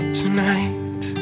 tonight